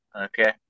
okay